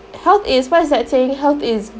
health is what's that saying health is